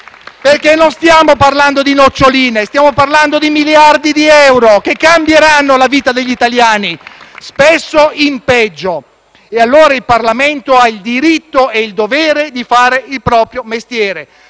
Non stiamo parlando infatti di noccioline; stiamo parlando di miliardi di euro che cambieranno la vita degli italiani, spesso in peggio, e allora il Parlamento ha il diritto e il dovere di fare il proprio mestiere.